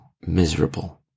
miserable